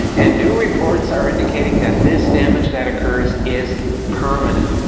and new reports are indicating that this damage that occurs is permanent.